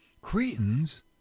Cretans